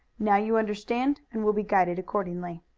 now you understand and will be guided accordingly.